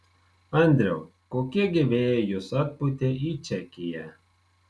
andriau kokie gi vėjai jus atpūtė į čekiją